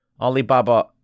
Alibaba